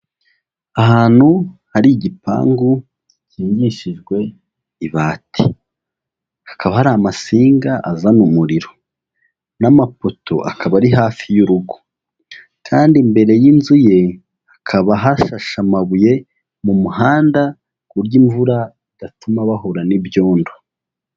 Ahantu hari igipangu gikingishijwe ibati . Hakaba hari amasinga azana umuriro , n'amapoto akaba ari hafi y'urugo , kandi imbere y'inzu ye hakaba hashashe amabuye mu muhanda , ku buryo imvura idatuma bahura n'ibyondo.